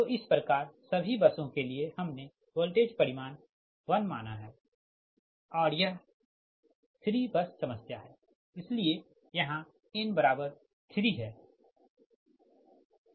तो इस प्रकार सभी बसों के लिए हमने वोल्टेज परिमाण 1 माना है और यह 3 बस समस्या है इसलिए यहाँ n 3 है